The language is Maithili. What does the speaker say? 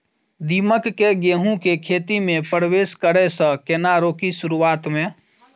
दीमक केँ गेंहूँ केँ खेती मे परवेश करै सँ केना रोकि शुरुआत में?